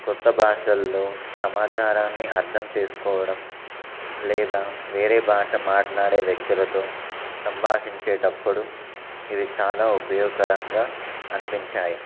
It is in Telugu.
కొత్త భాషలలో సమాచారాన్ని అర్థం చేసుకోవడం లేదా వేరే భాష మాట్లాడే వ్యక్తులతో సంభాషించేటప్పుడు ఇవి చాలా ఉపయోగకరంగా అనిపించాయి